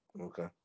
Okay